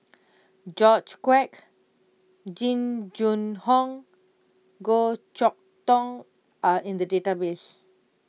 George Quek Jing Jun Hong Goh Chok Tong are in the database